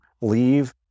leave